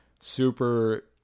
super